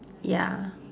ya